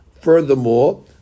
Furthermore